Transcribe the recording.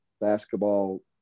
basketball